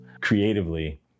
creatively